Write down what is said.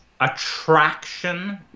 attraction